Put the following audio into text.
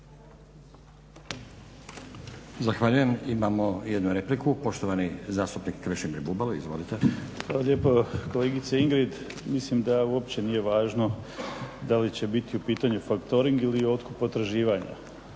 Zahvaljujem. Imamo jednu repliku, poštovani zastupnik Krešimir Bubalo. Izvolite. **Bubalo, Krešimir (HDSSB)** Hvala lijepo. Kolegice Ingrid, mislim da uopće nije važno da li će biti u pitanju factoring ili otkup potraživanja,